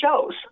shows